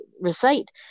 recite